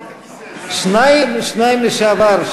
שניים לשעבר?